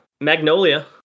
Magnolia